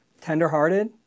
Tenderhearted